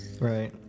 Right